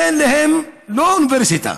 אין להם לא אוניברסיטה,